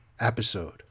episode